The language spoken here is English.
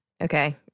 Okay